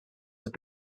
have